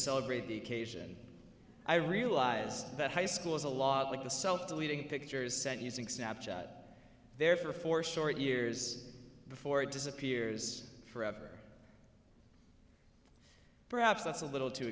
celebrate the occasion i realize that high school is a lot like the self deleting pictures sent using snapshot there for four short years before it disappears forever perhaps that's a little too